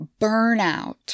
burnout